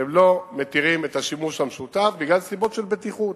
שהם לא מתירים את השימוש המשותף מסיבות של בטיחות.